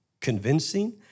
convincing